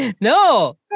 no